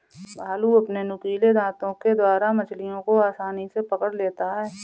भालू अपने नुकीले दातों के द्वारा मछलियों को आसानी से पकड़ लेता है